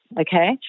okay